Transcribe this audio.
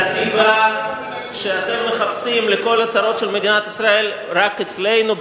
שהסיבה שאתם מחפשים לכל הצרות של מדינת ישראל רק אצלנו,